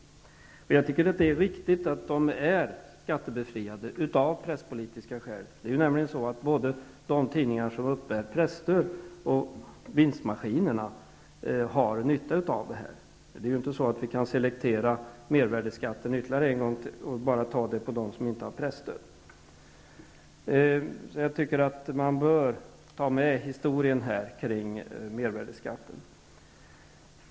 Men jag tycker inte att det är riktigt att de är skattebefriade av presspolitiska skäl. Både de tidningar som uppbär presstöd och vinstmaskinerna har nytta av detta. Vi kan inte selektera mervärdesskatten ytterligare en gång och bara ta ut den från dem som inte har presstöd. Jag tycker att man bör ta med historien kring mervärdesskatten.